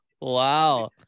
Wow